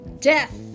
death